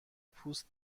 پوست